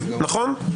נכון?